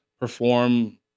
perform